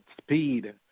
speed